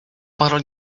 bottle